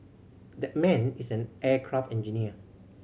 that man is an aircraft engineer